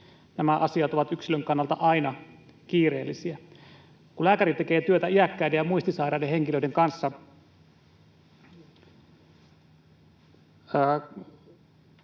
Nämä asiat ovat yksilön kannalta aina kiireellisiä. Kun lääkäri tekee työtä iäkkäiden ja muistisairaiden henkilöiden kanssa,